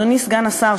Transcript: אדוני סגן השר,